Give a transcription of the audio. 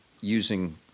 using